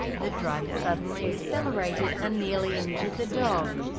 the driver suddenly accelerated, and nearly injured the dog,